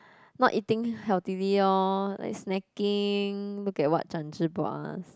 not eating healthily lor like snacking look at what Zhan-Zhi bought us